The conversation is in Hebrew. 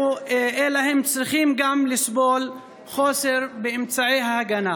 הם גם צריכים לסבול מחוסר באמצעי הגנה.